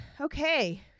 okay